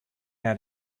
add